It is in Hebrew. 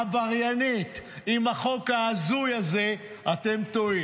העבריינית, עם החוק ההזוי הזה, אתם טועים.